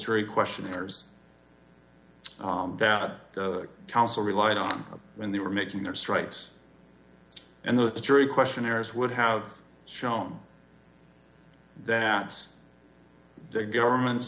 y questionnaires that counsel relied on when they were making their stripes and the jury questionnaires would have shown that the government's